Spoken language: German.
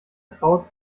traut